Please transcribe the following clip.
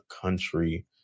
country